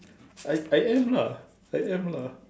I I am lah I am lah